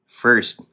first